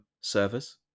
servers